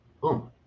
Boom